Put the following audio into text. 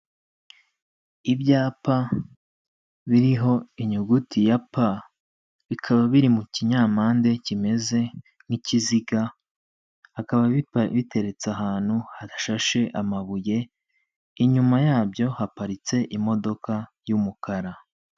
Ibyapa biriho inyuguti ya pa bikaba biri mu kinyampande kimeze nk'ikizigaba biteretse ahantu hadashashe amabuye, inyuma yabyo haparitse imodoka y'umukara.